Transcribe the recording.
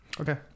Okay